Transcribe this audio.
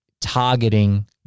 targeting